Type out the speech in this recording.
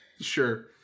Sure